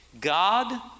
God